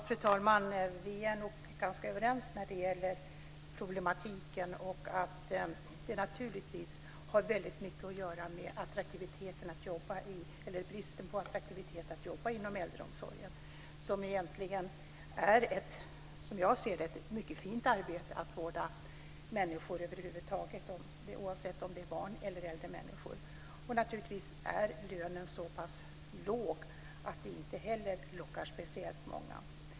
Fru talman! Vi är nog ganska överens när det gäller problematiken och att det här naturligtvis har väldigt mycket att göra med attraktiviteten, eller bristen på attraktivitet, i att jobba inom äldreomsorgen. Det är som jag ser det egentligen ett mycket fint arbete att vårda människor över huvud taget, oavsett om det är barn eller äldre människor. Naturligtvis är lönen så pass låg att det inte heller lockar speciellt många.